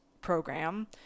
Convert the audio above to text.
program